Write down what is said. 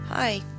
Hi